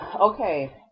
okay